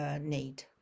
need